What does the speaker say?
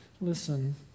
Listen